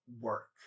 Work